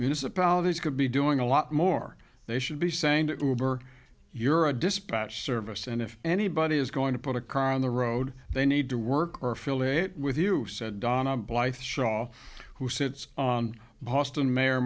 municipalities could be doing a lot more they should be saying that over you're a dispatch service and if anybody is going to put a car on the road they need to work or fill it with you said donna blith shaw who sits on boston mayor